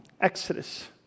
Exodus